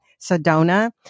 Sedona